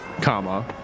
comma